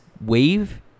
wave